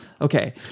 Okay